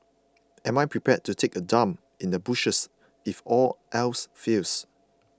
am I prepared to take a dump in the bushes if all else fails